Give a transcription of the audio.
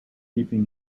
keeping